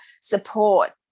support